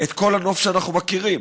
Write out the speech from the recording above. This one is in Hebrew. את כל הנוף שאנחנו מכירים.